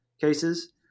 cases